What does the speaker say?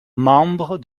membre